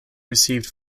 received